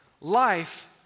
life